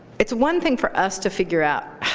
it's one thing for us to figure out